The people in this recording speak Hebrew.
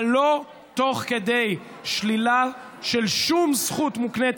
אבל לא תוך כדי שלילה של שום זכות מוקנית.